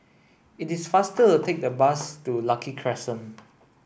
it is faster to take the bus to Lucky Crescent